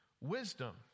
wisdom